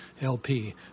LP